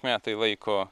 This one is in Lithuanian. metai laiko